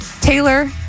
Taylor